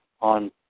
on